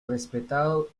respetado